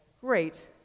great